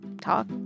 talk